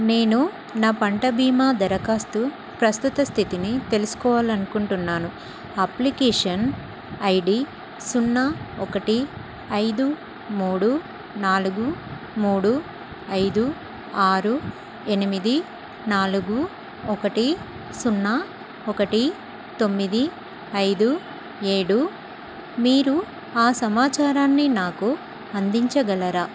నేను నా పంట భీమా దరఖాస్తు ప్రస్తుత స్థితిని తెలుసుకోవాలి అనుకుంటున్నాను అప్లికేషన్ ఐడి సున్నా ఒకటి ఐదు మూడు నాలుగు మూడు ఐదు ఆరు ఎనిమిది నాలుగు ఒకటి సున్నా ఒకటి తొమ్మిది ఐదు ఏడు మీరు ఆ సమాచారాన్ని నాకు అందించగలరా